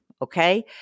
okay